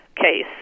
Case